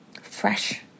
fresh